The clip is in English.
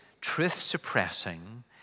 truth-suppressing